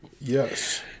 Yes